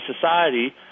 society